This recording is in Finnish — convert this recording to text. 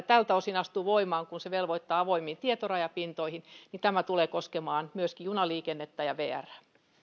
tältä osin kun se velvoittaa avoimiin tietorajapintoihin niin tämä tulee koskemaan myöskin junaliikennettä ja vrää